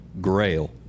grail